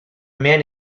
man